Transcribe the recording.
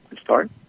start